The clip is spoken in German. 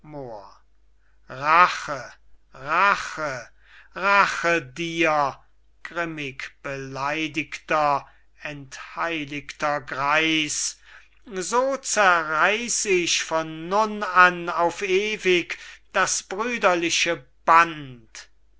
rache rache rache dir grimmig beleidigter entheiligter greis so zerreiß ich von nun an auf ewig das brüderliche band